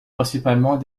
principalement